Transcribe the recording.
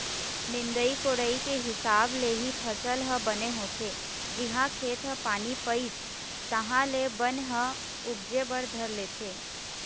निंदई कोड़ई के हिसाब ले ही फसल ह बने होथे, जिहाँ खेत ह पानी पइस तहाँ ले बन ह उपजे बर धर लेथे